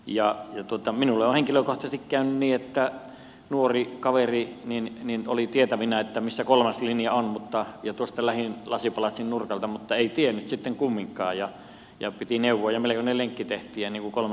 minulle on henkilökohtaisesti käynyt niin että nuori kaveri oli tietävinään missä kolmas linja on ja tuosta lähdin lasipalatsin nurkalta mutta ei tiennyt sitten kumminkaan ja piti neuvoa ja melkoinen lenkki tehtiin ennen kuin kolmas linja löytyi